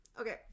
Okay